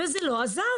וזה לא עזר,